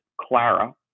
Clara